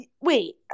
wait